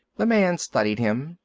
the man studied him.